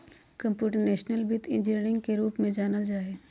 computational वित्त engineering के रूप में जानल जा हइ